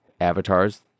avatars